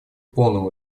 полному